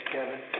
Kevin